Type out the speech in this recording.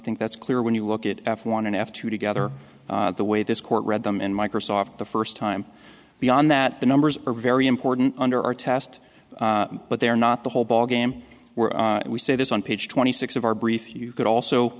think that's clear when you look at f one f two together the way this court read them in microsoft the first time beyond that the numbers are very important under our test but they're not the whole ball game where we say this on page twenty six of our brief you could also